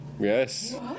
Yes